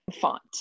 font